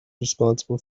responsible